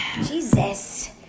Jesus